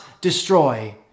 destroy